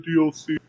DLC